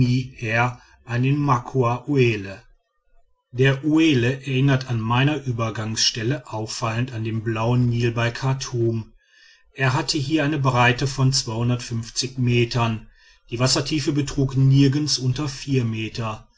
an den makua uelle der uelle erinnert an meiner übergangsstelle auffallend an den blauen nil bei chartum er hatte hier eine breite von metern die wassertiefe betrug nirgends unter vier meter